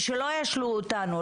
ושלא ישלו אותנו,